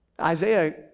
Isaiah